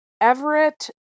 Everett